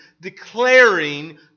declaring